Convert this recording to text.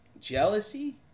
jealousy